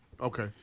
Okay